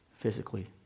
physically